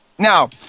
Now